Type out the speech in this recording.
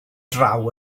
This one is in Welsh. draw